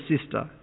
sister